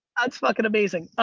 that's fucking amazing.